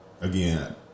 again